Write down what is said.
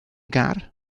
gar